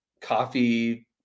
coffee